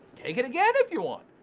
take it again if you want,